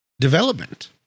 development